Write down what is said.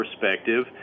perspective